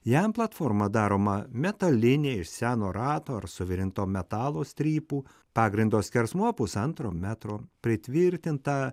jam platforma daroma metalinė iš seno rato ar suvirinto metalo strypų pagrindo skersmuo pusantro metro pritvirtintą